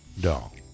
doll